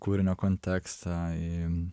kūrinio kontekstą į